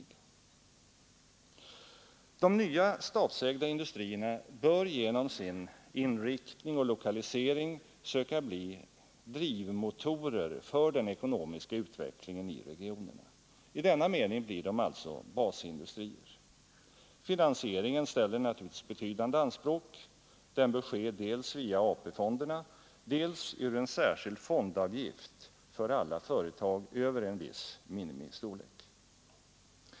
De nya statsägda industrierna bör genom sin inriktning och lokalisering söka bli drivmotorer för den ekonomiska utvecklingen i regionerna. I denna mening blir de alltså basindustrier. Finansieringen ställer naturligtvis betydande anspråk. Den bör ske dels via AP-fonderna, dels ur en särskild fondavgift för alla företag över en viss minimistorlek.